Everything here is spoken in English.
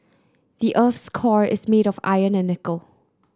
the earth's core is made of iron and nickel